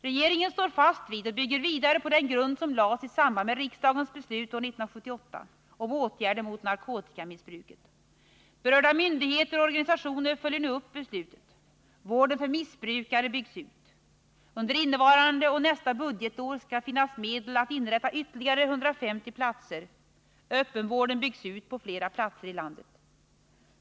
Regeringen står fast vid och bygger vidare på den grund som lades i samband med riksdagens beslut år 1978 om åtgärder mot narkotikamissbruket. Berörda myndigheter och organisationer följer nu upp detta beslut. Vården för missbrukare byggs ut. Under innevarande och nästa budgetår skall det finnas medel att inrätta ytterligare 150 platser. Öppenvården byggs ut på flera platser i landet.